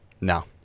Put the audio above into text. No